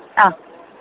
ಆಂ